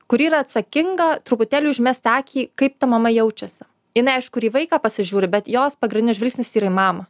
kuri yra atsakinga truputėlį užmesti akį kaip ta mama jaučiasi jinai aišku ir į vaiką pasižiūri bet jos pagrindinis žvilgsnis ir į mamą